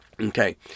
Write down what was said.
Okay